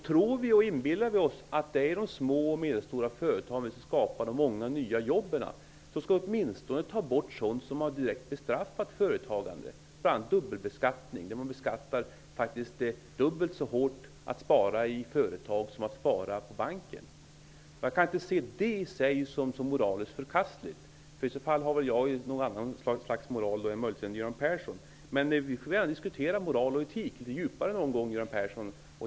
Tror vi och inbillar vi oss att det är de små och medelstora företagen som skapar de många nya jobben skall vi åtminstone ta bort sådant som direkt har bestraffat företagandet, bl.a. dubbelbeskattningen, där man beskattar sparande i företag dubbelt så hårt som sparande i bank. Jag kan inte se det som moraliskt förkastligt i sig. I så fall har väl jag något annat slags moral än Göran Persson möjligtvis har. Göran Persson och jag kan gärna diskutera moral och etik litet djupare någon gång.